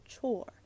chore